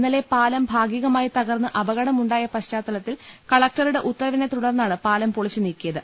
ഇന്നലെ പാലം ഭാഗികമായി തകർന്ന് അപകടം ഉണ്ടായ പശ്ചാത്തലത്തിൽ കലക്ടറുടെ ഉത്തരവിനെത്തുടർന്നാണ് പാലം പൊളിച്ച് നീക്കിയത്